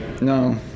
no